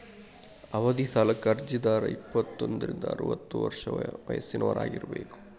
ಅವಧಿ ಸಾಲಕ್ಕ ಅರ್ಜಿದಾರ ಇಪ್ಪತ್ತೋಂದ್ರಿಂದ ಅರವತ್ತ ವರ್ಷ ವಯಸ್ಸಿನವರಾಗಿರಬೇಕ